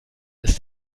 ist